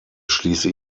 schließe